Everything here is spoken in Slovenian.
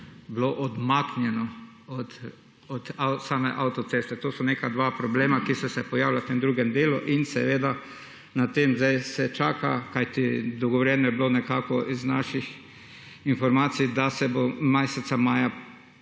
bilo odmaknjeno od same avtoceste. To sta neka dva problema, ki sta se pojavila v tem drugem delu, in seveda na tem zdaj se čaka, kajti dogovorjeno je bilo nekako iz naših informacij, da se bo meseca maja